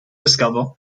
discover